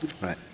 Right